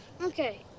Okay